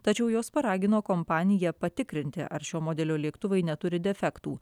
tačiau jos paragino kompaniją patikrinti ar šio modelio lėktuvai neturi defektų